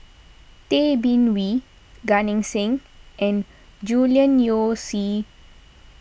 Tay Bin Wee Gan Eng Seng and Julian Yeo See